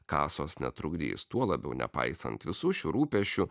kasos netrukdys tuo labiau nepaisant visų šių rūpesčių